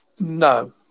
No